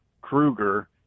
Kruger